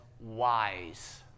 wise